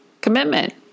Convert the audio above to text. commitment